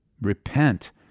Repent